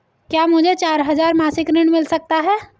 क्या मुझे चार हजार मासिक ऋण मिल सकता है?